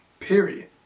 period